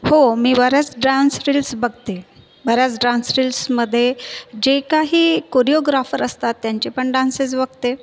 हो मी बऱ्याच ड्रान्स रील्स बघते बऱ्याच ड्रान्स रील्समध्ये जे काही कोरिओग्राफर असतात त्यांचे पण डान्सेस बघते